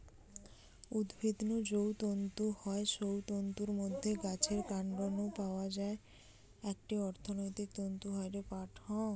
উদ্ভিদ নু যৌ তন্তু হয় সৌ তন্তুর মধ্যে গাছের কান্ড নু পাওয়া একটি অর্থকরী তন্তু হয়ঠে পাট